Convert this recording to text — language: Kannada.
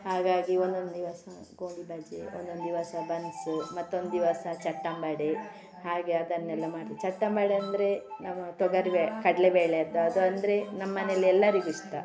ಹಾಗಾಗಿ ಒನ್ನೊಂದು ದಿವಸ ಗೋಳಿಬಜೆ ಒನ್ನೊಂದು ದಿವಸ ಬನ್ಸು ಮತ್ತೊಂದು ದಿವಸ ಚಟ್ಟಂಬಡೆ ಹಾಗೆ ಅದನ್ನೆಲ್ಲ ಮಾಡಿ ಚಟ್ಟಂಬಡೆ ಅಂದರೆ ನಾನು ತೊಗರಿ ಬೇ ಕಡಲೆಬೇಳೆಯದ್ದು ಅದಂದರೆ ನಮ್ಮನೇಲಿ ಎಲ್ಲರಿಗೂ ಇಷ್ಟ